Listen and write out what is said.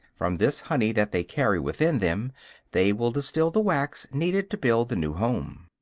from this honey that they carry within them they will distil the wax needed to build the new home.